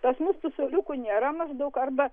pas mus tų suoliukų nėra maždaug arba